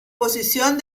posición